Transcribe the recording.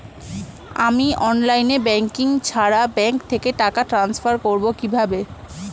আমি online banking ছাড়া bank থেকে টাকা ট্রান্সফার করবো কিভাবে?